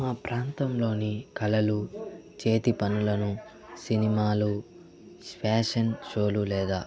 మా ప్రాంతంలోని కళలు చేతిపనులను సినిమాలు ప్యాషన్ షోలు లేదా